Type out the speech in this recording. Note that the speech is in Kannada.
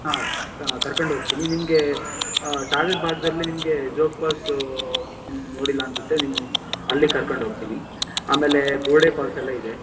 ಹಾಂ ಕರ್ಕಂಡು ಹೋಗ್ತೀನಿ ನಿಮ್ಗೆ ಸಾಗ್ರದ ಭಾಗದಲ್ಲಿ ನಿಮಗೆ ಜೋಗ ಫಾಲ್ಸೂ ನೀವು ನೋಡಿಲ್ಲ ಅನ್ನಿಸುತ್ತೆ ನೀವು ಅಲ್ಲಿಗೆ ಕರ್ಕಂಡು ಹೋಗ್ತೀನಿ ಆಮೇಲೆ ಬುರುಡೆ ಫಾಲ್ಸೆಲ್ಲ ಇದೆ